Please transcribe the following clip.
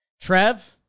Trev